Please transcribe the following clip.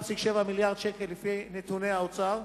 לפי נתוני האוצר,